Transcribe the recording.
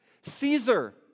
Caesar